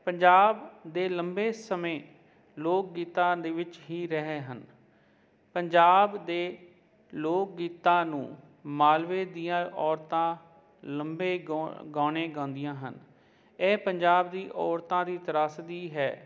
ਪੰਜਾਬ ਦੇ ਲੰਬੇ ਸਮੇਂ ਲੋਕ ਗੀਤਾਂ ਦੇ ਵਿੱਚ ਹੀ ਰਹੇ ਹਨ ਪੰਜਾਬ ਦੇ ਲੋਕ ਗੀਤਾਂ ਨੂੰ ਮਾਲਵੇ ਦੀਆਂ ਔਰਤਾਂ ਲੰਬੇ ਗਾਉਣ ਗਾਉਣੇ ਗਾਂਉਦੀਆਂ ਹਨ ਇਹ ਪੰਜਾਬ ਦੀ ਔਰਤਾਂ ਦੀ ਤਰਾਸਦੀ ਹੈ